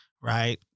right